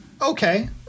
Okay